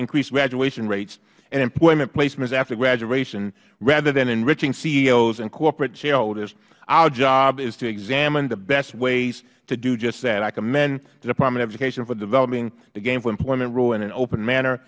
increase graduation rates and employment placement after graduation rather than enriching ceos and corporate shareholders our job is to examine the best ways to do just that i commend the department of education for developing the gainful employment rule in an open manner